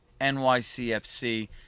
NYCFC